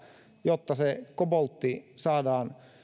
jotta se koboltti saadaan